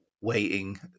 waiting